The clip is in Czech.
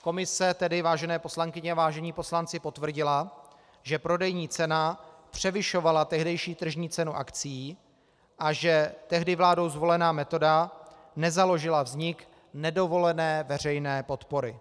Komise tedy, vážené poslankyně a vážení poslanci, potvrdila, že prodejní cena převyšovala tehdejší tržní cenu akcií a že tehdy vládou zvolená metoda nezaložila vznik nedovolené veřejné podpory.